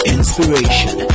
Inspiration